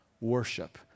worship